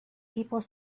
people